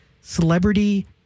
Celebrity